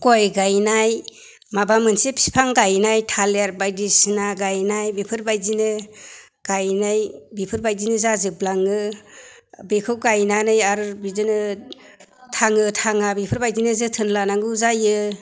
गय गायनाय माबा मोनसे बिफां गायनाय थालिर बायदिसिना गायनाय बेफोरबायदिनो गायनाय बेफोरबायदिनो जाजोबलाङो बेखौ गायनानै आरो बिदिनो थाङो थाङा बेफोरबायदिनो जोथोन लानांगौ जायो